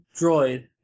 droid